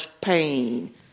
pain